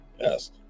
yes